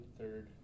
third